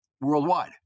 worldwide